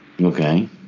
Okay